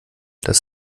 das